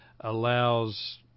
allows